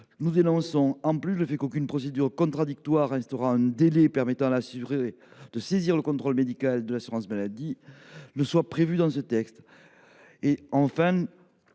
Nous dénonçons de surcroît le fait qu’aucune procédure contradictoire instaurant un délai permettant à l’assuré de saisir le contrôle médical de l’assurance maladie ne soit prévue par le texte. Enfin,